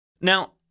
Now